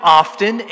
often